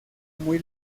muy